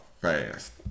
fast